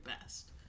best